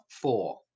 four